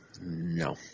No